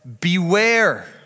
Beware